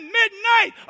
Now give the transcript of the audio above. midnight